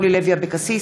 אורלי לוי אבקסיס,